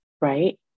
right